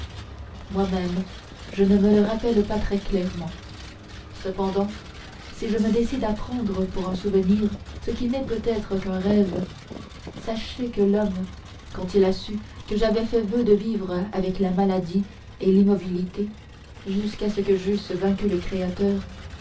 moi-même je ne me le rappelle pas très clairement cependant si je me décide à prendre pour un souvenir ce qui n'est peut-être qu'un rêve sachez que l'homme quand il a su que j'avais fait voeu de vivre avec la maladie et l'immobilité jusqu'à ce que j'eusse vaincu le créateur